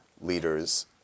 leader's